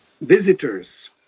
visitors